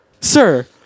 sir